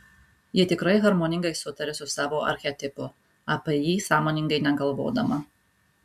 ji tikrai harmoningai sutaria su savo archetipu apie jį sąmoningai negalvodama